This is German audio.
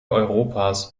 europas